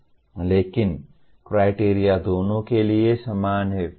लेकिन क्राइटेरिया दोनों के लिए समान हैं